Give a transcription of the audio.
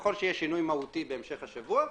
ככל שיהיה שינוי מהותי בהמשך השבוע,